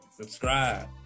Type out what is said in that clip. subscribe